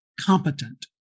competent